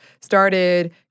started